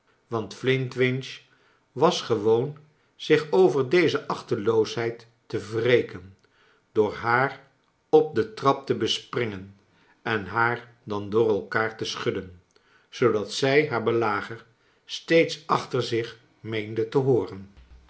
want flintwinch was gewoon zich over deze achteloosheid te wreken door haar op den trap te bespringen en haa r dan door elkaar te schudden zoodat zij haar belager steeds achter zich meende te hooren